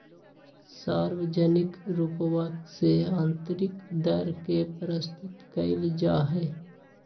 सार्वजनिक रूपवा से आन्तरिक दर के प्रस्तुत कइल जाहई